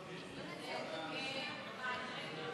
חוק לשכת עורכי הדין